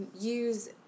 use